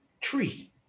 tree